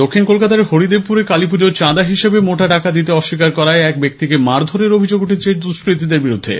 দক্ষিণ কলকাতার হরিদেবপুরে কালীপূজোর চাঁদা হিসেবে মোটা টাকা দিতে অস্বীকার করায় এক ব্যক্তিকে মারধরের অভিযোগ উঠেছে দুষ্কৃতিদের বিরুদ্ধে